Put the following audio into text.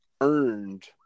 earned